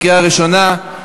לקריאה ראשונה.